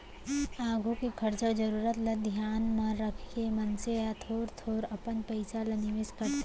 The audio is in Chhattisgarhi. आघु के खरचा अउ जरूरत ल धियान म रखके मनसे ह थोर थोर अपन पइसा ल निवेस करथे